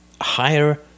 higher